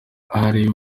ari